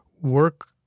work